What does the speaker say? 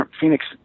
Phoenix